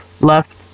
left